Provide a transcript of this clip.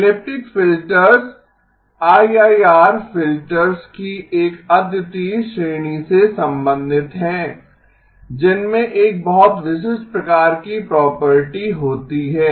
elliptic filters IIR filters की एक अद्वितीय श्रेणी से संबंधित हैं जिनमें एक बहुत विशिष्ट प्रकार की प्रॉपर्टी होती है